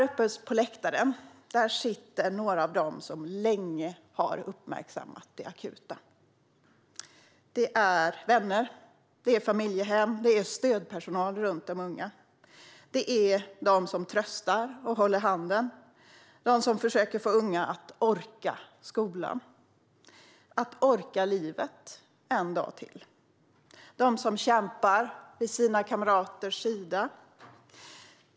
Uppe på läktaren sitter några av dem som länge har uppmärksammat det akuta. Det är vänner, familjehem och stödpersonal runt de unga. Det är de som tröstar och håller handen. Det är de som försöker få unga att orka med skolan och att orka med livet en dag till. Det är de som kämpar vid sina kamraters sida.